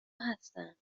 هستن